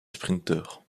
sprinteur